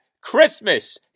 Christmas